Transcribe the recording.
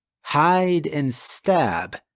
hide-and-stab